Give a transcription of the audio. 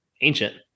ancient